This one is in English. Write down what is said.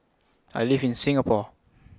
I live in Singapore